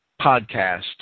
podcast